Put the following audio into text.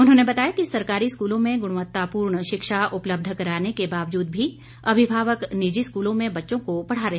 उन्होंने बताया कि सरकारी स्कूलों में गुणवत्तापूर्ण शिक्षा उपलब्ध कराने के बावजूद भी अभिभावक निजी स्कूलों में बच्चों को पढ़ा रहे हैं